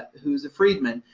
who's a freedman,